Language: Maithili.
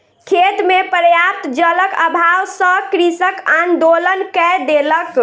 खेत मे पर्याप्त जलक अभाव सॅ कृषक आंदोलन कय देलक